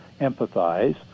empathize